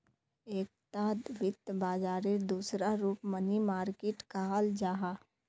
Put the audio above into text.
एकता वित्त बाजारेर दूसरा रूप मनी मार्किट कहाल जाहा